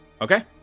Okay